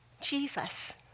Jesus